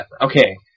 okay